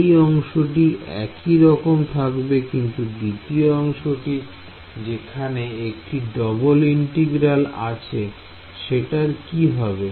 এই অংশটি একই রকম থাকবে কিন্তু দ্বিতীয় অংশটি যেখানে একটি ডবল ইন্টিগ্রাল আছে সেটার কি হবে